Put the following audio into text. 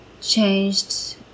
changed